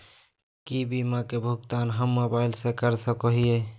की बीमा के भुगतान हम मोबाइल से कर सको हियै?